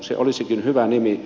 se olisikin hyvä nimi